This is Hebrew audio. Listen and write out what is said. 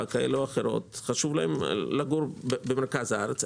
כאלו ואחרות חשוב להם לגור במרכז הארץ.